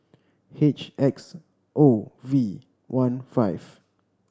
H X O V one five